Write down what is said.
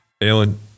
Alan